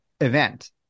event